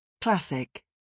Classic